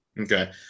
Okay